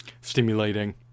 stimulating